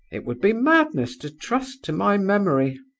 it would be madness to trust to my memory.